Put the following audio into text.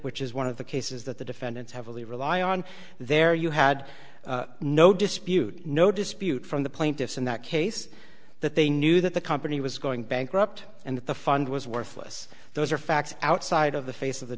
which is one of the cases that the defendants have really rely on there you had no dispute no dispute from the plaintiffs in that case that they knew that the company was going bankrupt and that the fund was worthless those are facts outside of the face of the